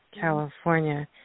California